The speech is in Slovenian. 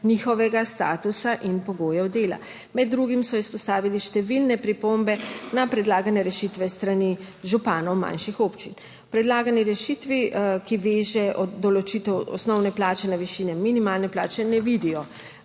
njihovega statusa in pogojev dela. Med drugim so izpostavili številne pripombe, na predlagane rešitve s strani županov manjših občin v predlagani rešitvi, ki veže določitev osnovne plače na višine minimalne plače, ne vidijo